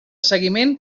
seguiment